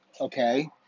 okay